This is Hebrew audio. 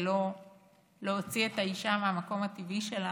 ולא להוציא את האישה מהמקום הטבעי שלה,